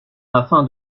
afin